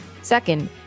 Second